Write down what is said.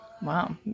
Wow